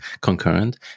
concurrent